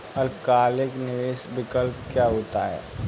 अल्पकालिक निवेश विकल्प क्या होता है?